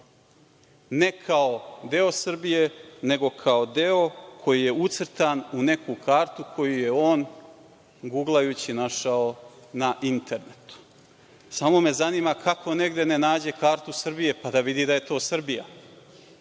ne kao deo Srbije, nego kao deo koji je ucrtan u neku kartu koju je on, guglajući, našao na internetu. Samo me zanima kako negde ne nađe kartu Srbije, pa da vidi da je to Srbija,